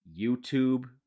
YouTube